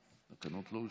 חבר הכנסת אייכלר,